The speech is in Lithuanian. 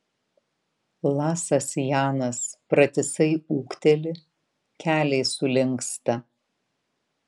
lasas janas pratisai ūkteli keliai sulinksta